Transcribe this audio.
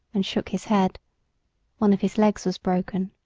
and shook his head one of his legs was broken.